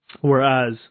Whereas